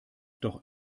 doch